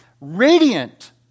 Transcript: Radiant